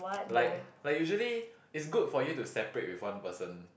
like like usually is good for you to separate with one person